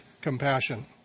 compassion